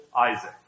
Isaac